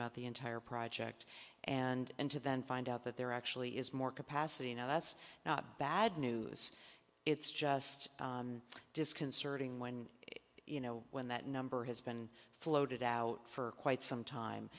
about the entire project and to then find out that there actually is more capacity now that's not bad news it's just disconcerting when you know when that number has been floated out for quite some time